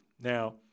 Now